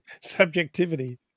subjectivity